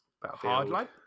hardline